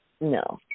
No